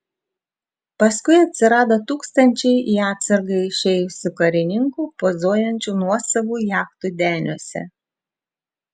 paskui atsirado tūkstančiai į atsargą išėjusių karininkų pozuojančių nuosavų jachtų deniuose